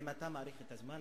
אם אתה מאריך את הזמן,